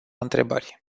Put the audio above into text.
întrebări